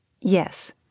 Yes